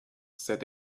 said